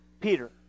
Peter